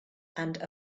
and